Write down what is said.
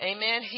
Amen